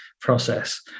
process